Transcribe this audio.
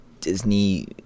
Disney